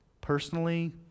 personally